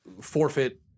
forfeit